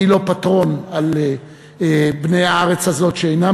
אני לא פטרון על בני הארץ הזאת שאינם